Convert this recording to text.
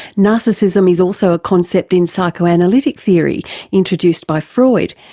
narcissism is also a concept in psychoanalytic theory introduced by freud,